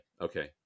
okay